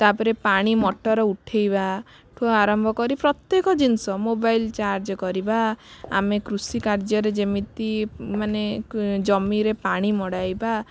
ତା'ପରେ ପାଣି ମଟର୍ ଉଠେଇବାଠୁ ଆରମ୍ଭ କରି ପ୍ରତ୍ୟେକ ଜିନିଷ ମୋବାଇଲ୍ ଚାର୍ଜ କରିବା ଆମେ କୃଷିକାର୍ଯ୍ୟରେ ଯେମିତି ମାନେ ଜମିରେ ପାଣି ମଡ଼ାଇବା